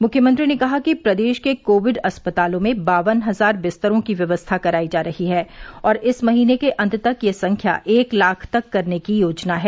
मुख्यमंत्री ने कहा कि प्रदेश के कोविड अस्पतालों में बावन हजार बिस्तरों की व्यवस्था कराई जा रही है और इस महीने के अंत तक यह संख्या एक लाख तक करने की योजना है